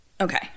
Okay